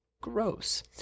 Gross